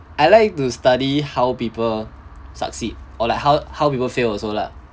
I like to study how people succeed or like how how people fail also lah